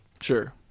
Sure